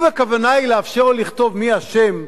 אם הכוונה היא לאפשר לו לכתוב מי אשם,